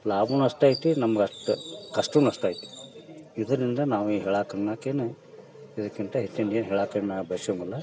ಲಾಭನೂ ಅಷ್ಟೇ ಐತಿ ನಮ್ಗೆ ಅಷ್ಟು ಕಷ್ಟನೂ ಅಷ್ಟು ಐತಿ ಇದರಿಂದ ನಾವು ಹೇಳಕ್ಕೆ ಅನ್ನೋಕೇನು ಇದಕ್ಕಿಂತ ಹೆಚ್ಚಿಂದು ಏನೂ ಹೇಳಕ್ಕೆ ನಾನು ಬಯ್ಸೋನಲ್ಲ